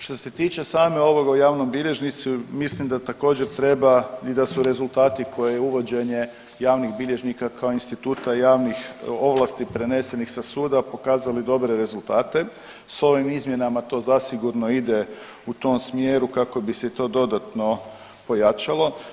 Što se tiče same ovog o javnom bilježništvu mislim da također treba i da su rezultati koje uvođenje javnih bilježnika kao instituta javnih ovlasti prenesenih sa suda pokazali dobre rezultate, s ovim izmjenama to zasigurno ide u tom smjeru kako bi se i to dodatno pojačalo.